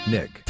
Nick